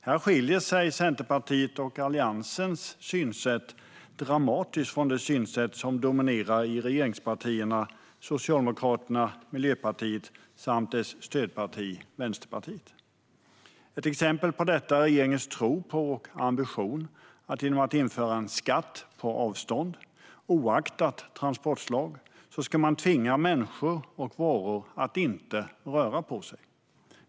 Här skiljer sig Centerpartiets och Alliansens synsätt dramatiskt från det synsätt som dominerar i regeringspartierna Socialdemokraterna och Miljöpartiet samt deras stödparti Vänsterpartiet. Ett exempel på detta är regeringens tro på och ambition att genom att införa en skatt på avstånd oaktat transportslag ska man tvinga människor och varor att inte röra på sig.